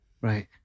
Right